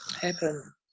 happen